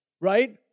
right